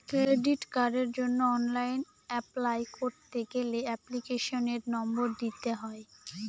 credit কার্ডের জন্য online apply করতে গেলে এপ্লিকেশনের নম্বর দিতে হয়